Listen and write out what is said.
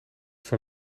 van